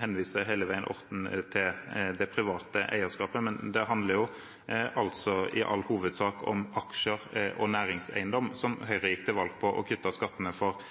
henviser Orten hele veien til det private eierskapet, men det handler i all hovedsak om aksjer og næringseiendom, som Høyre gikk til valg på å kutte skattene for